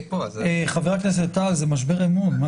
חבר הכנסת טל, זה משבר אמון.